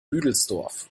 büdelsdorf